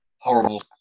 horrible